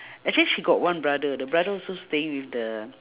actually she got one brother the brother also staying with the